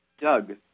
Doug